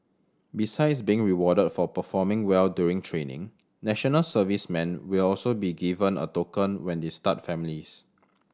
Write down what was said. besides being rewarded for performing well during training national servicemen will also be given a token when they start families